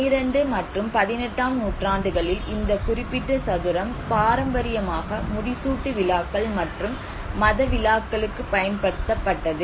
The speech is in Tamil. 12 மற்றும் 18 ஆம் நூற்றாண்டுகளில் இந்த குறிப்பிட்ட சதுரம் பாரம்பரியமாக முடிசூட்டு விழாக்கள் மற்றும் மத விழாக்களுக்கு பயன்படுத்தப்பட்டது